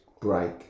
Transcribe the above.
break